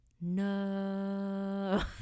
no